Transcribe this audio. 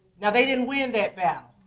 now they didn't win that battle.